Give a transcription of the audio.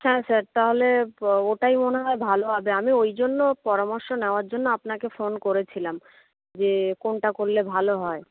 হ্যাঁ স্যার তাহলে ওটাই মনে হয় ভালো হবে আমি ওই জন্য পরামর্শ নেওয়ার জন্য আপনাকে ফোন করেছিলাম যে কোনটা করলে ভালো হয়